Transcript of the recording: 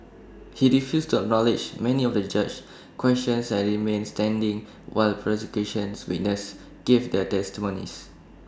he refused to acknowledge many of the judge's questions and remained standing while prosecution witnesses gave their testimonies